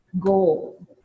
goal